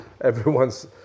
everyone's